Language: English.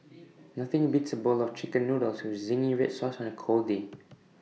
nothing beats A bowl of Chicken Noodles with Zingy Red Sauce on A cold day